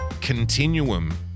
continuum